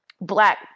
black